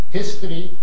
history